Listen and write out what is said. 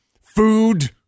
food